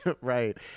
Right